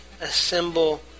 assemble